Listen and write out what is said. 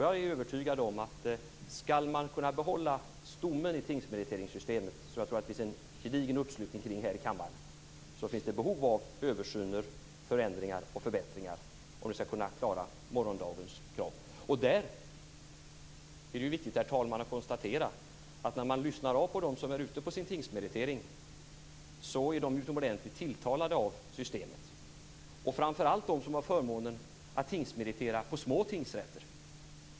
Jag är övertygad om att skall man kunna behålla stommen i tingsmeriteringssystemet - som jag tror det finns en gedigen uppslutning kring här i kammaren - så finns det ett behov av översyner, förändringar och förbättringar. Det finns ett behov av detta om man skall kunna klara morgondagens krav. Där är det viktigt, herr talman, att konstatera att om man lyssnar på dem som är ute på sin tingsmeritering är de utomordentligt tilltalade av systemet. Det gäller framför allt de som har förmånen att tingsmeritera på små tingsrätter.